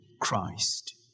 Christ